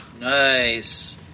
Nice